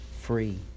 free